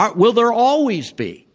um will there always be?